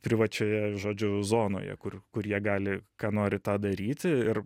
privačioje žodžiu zonoje kur kur jie gali ką nori tą daryti ir